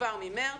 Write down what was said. כבר ממרץ.